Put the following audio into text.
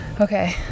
Okay